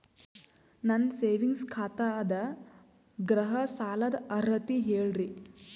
ನನ್ನ ಸೇವಿಂಗ್ಸ್ ಖಾತಾ ಅದ, ಗೃಹ ಸಾಲದ ಅರ್ಹತಿ ಹೇಳರಿ?